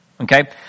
Okay